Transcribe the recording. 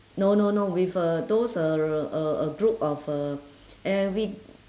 no no no with uh those err uh a group of uh every